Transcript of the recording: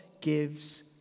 gives